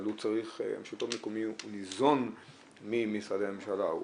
אבל הוא ניזון ממשרדי הממשלה,